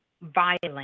violent